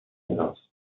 راست